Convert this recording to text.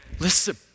Listen